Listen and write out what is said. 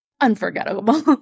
unforgettable